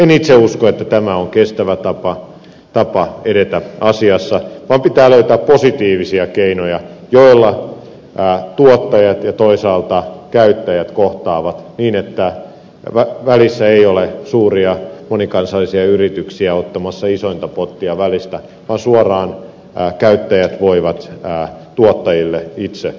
en itse usko että tämä on kestävä tapa edetä asiassa vaan pitää löytää positiivisia keinoja joilla tuottajat ja toisaalta käyttäjät kohtaavat niin että välissä ei ole suuria monikansallisia yrityksiä ottamassa isointa pottia välistä vaan käyttäjät voivat suoraan tuottajille itse maksaa